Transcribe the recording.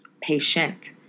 Patient